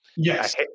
Yes